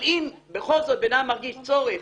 אבל אם בכל זאת אדם מרגיש צורך